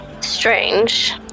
strange